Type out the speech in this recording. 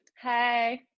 hi